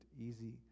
easy